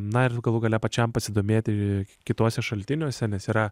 na ir galų gale pačiam pasidomėti kituose šaltiniuose nes yra